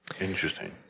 Interesting